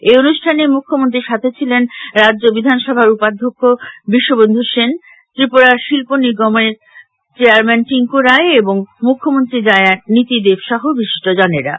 এই অনুষ্ঠানে মুখ্যমন্ত্রীর সাখে ছিলেন রাজ্য বিধানসভার উপাধ্যক্ষ বিশ্ববন্ধু সেন ত্রিপুরা শিল্প উন্নয়ন নিগমের চেয়ারম্যান টিংকু রায় এবং মুখ্যমন্ত্রী জায়া নীতি দেব সহ বিশিষ্টজনেরা